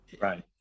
right